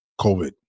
COVID